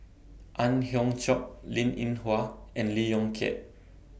Ang Hiong Chiok Linn in Hua and Lee Yong Kiat